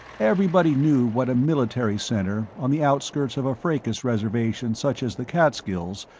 everybody knew what a military center, on the outskirts of a fracas reservation such as the catskills,